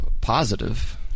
positive